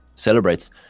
celebrates